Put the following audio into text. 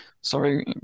sorry